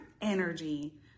energy